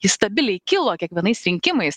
jis stabiliai kilo kiekvienais rinkimais